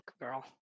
girl